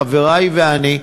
חברי ואני,